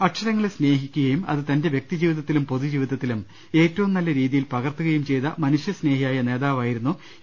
അക്ഷരങ്ങളെ സ്നേഹിക്കുകയും അത് തന്റെ വ്യക്തി ജീവിതത്തിലും പൊതു ജീവിതത്തിലും ഏറ്റവും നല്ല രീതിയിൽ പകർത്തുകയും ചെയ്ത മനുഷ്യസ് നേഹി യായ നേതാവായിരുന്നു എ